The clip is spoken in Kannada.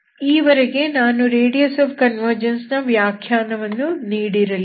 ಈವರೆಗೆ ನಾನು ರೇಡಿಯಸ್ ಆಫ್ ಕನ್ವರ್ಜೆನ್ಸ್ ನ ವ್ಯಾಖ್ಯಾನವನ್ನು ನೀಡಿರಲಿಲ್ಲ